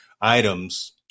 items